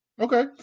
Okay